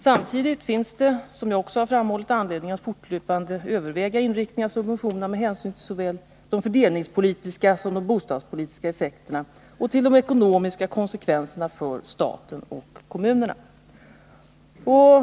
Samtidigt finns det, som jag också har framhållit, anledning att fortlöpande överväga inriktningen av subventionerna med hänsyn till såväl de fördelningspolitiska som de bostadspolitiska effekterna och till de ekonomiska konsekvenserna för staten och kommunerna.